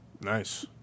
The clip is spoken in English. Nice